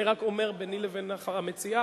אני רק אומר ביני לבין המציעה,